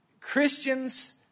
Christians